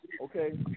Okay